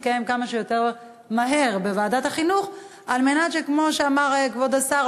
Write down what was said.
יתקיים כמה שיותר מהר על מנת שכמו שאמר כבוד השר,